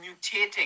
mutating